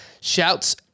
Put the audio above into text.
shouts